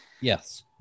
Yes